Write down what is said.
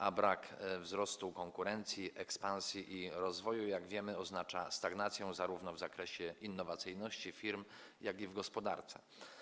A brak wzrostu konkurencji, ekspansji i rozwoju, jak wiemy, oznacza stagnację zarówno w zakresie innowacyjności firm, jak i w gospodarce.